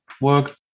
work